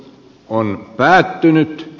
on päättynyt